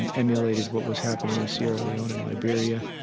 and emulated what was happening in sierra leone and liberia,